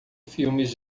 filmes